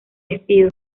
despido